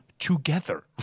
Together